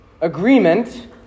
agreement